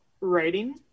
Writing